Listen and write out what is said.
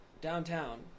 downtown